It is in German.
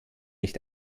nicht